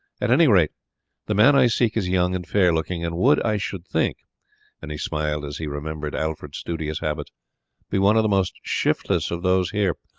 at any rate the man i seek is young and fair-looking, and would, i should think and he smiled as he remembered alfred's studious habits be one of the most shiftless of those here.